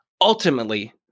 ultimately